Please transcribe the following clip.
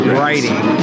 writing